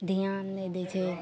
धिआन नहि दै छै